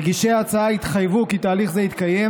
מגישי ההצעה התחייבו כי תהליך כזה יתקיים